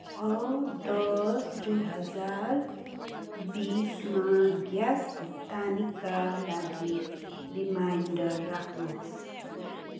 छ दस दुई हजार बिसमा ग्यास भुक्तानीका लागि रिमाइन्डर राख्नुहोस्